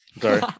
Sorry